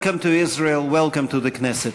Welcome to Israel, Welcome to the Knesset.